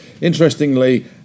interestingly